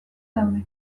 daude